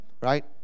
right